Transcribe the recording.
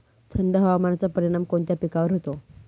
थंड हवामानाचा परिणाम कोणत्या पिकावर होतो?